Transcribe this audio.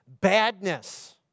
badness